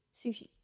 Sushi